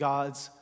God's